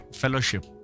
fellowship